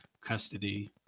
custody